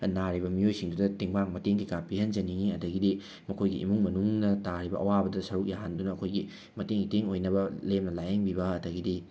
ꯅꯥꯔꯤꯕ ꯃꯤꯑꯣꯏꯁꯤꯡꯗꯨꯗ ꯇꯦꯡꯕꯥꯡ ꯃꯇꯦꯡ ꯀꯩꯀꯥ ꯄꯤꯍꯟꯖꯅꯤꯡꯏ ꯑꯗꯒꯤꯗꯤ ꯃꯈꯣꯏꯒꯤ ꯏꯃꯨꯡꯅ ꯃꯅꯨꯡꯅ ꯇꯥꯔꯤꯕ ꯑꯋꯥꯕꯗ ꯁꯔꯨꯛ ꯌꯥꯍꯟꯗꯨꯅ ꯑꯩꯈꯣꯏꯒꯤ ꯃꯇꯦꯡ ꯏꯇꯦꯡ ꯑꯣꯏꯅꯕ ꯂꯦꯝꯅ ꯂꯥꯏꯌꯦꯡꯕꯤꯕ ꯑꯗꯒꯤꯗꯤ